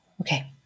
Okay